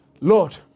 Lord